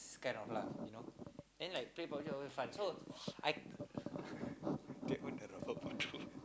kind of laugh you know then like play PUB-G always fun so I